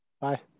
Bye